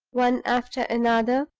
one after another,